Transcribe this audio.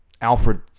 Alfred